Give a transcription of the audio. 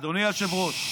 אדוני היושב-ראש,